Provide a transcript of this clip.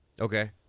Okay